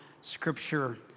scripture